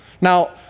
Now